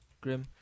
Grim